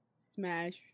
smash